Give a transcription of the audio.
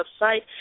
website